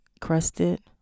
crusted